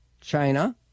China